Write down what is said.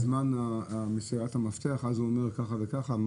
בזמן מסירת המפתח, אז הוא אומר ככה וככה?